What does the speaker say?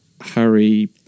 Harry